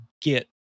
get